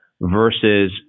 versus